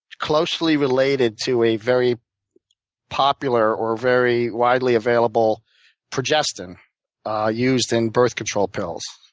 closely related to a very popular or very widely available progestin used in birth control pills.